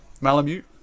Malamute